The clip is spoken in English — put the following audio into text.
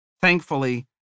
Thankfully